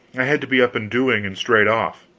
i had to be up and doing and straight off.